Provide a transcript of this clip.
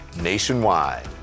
nationwide